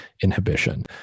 inhibition